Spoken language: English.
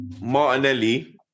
Martinelli